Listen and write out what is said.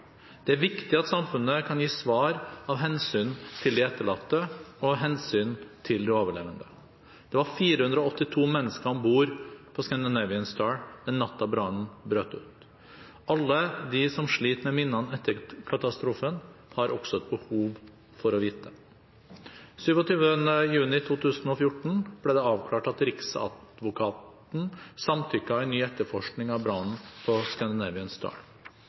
Det er viktig at samfunnet kan gi svar av hensyn til de etterlatte og av hensyn til de overlevende. Det var 482 mennesker om bord på «Scandinavian Star» den natten brannen brøt ut. Alle de som sliter med minnene etter katastrofen, har også et behov for å vite. Den 27. juni 2014 ble det avklart at Riksadvokaten samtykket til ny etterforskning av brannen på